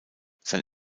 sein